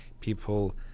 people